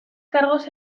cargos